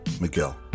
Miguel